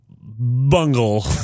bungle